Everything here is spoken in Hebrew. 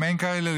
אם אין כאלה,